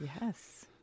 Yes